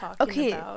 okay